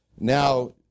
Now